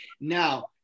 Now